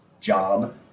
job